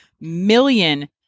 million